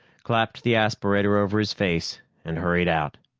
clapped the aspirator over his face and hurried out.